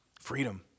Freedom